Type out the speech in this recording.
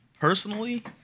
personally